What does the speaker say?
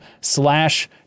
slash